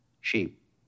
sheep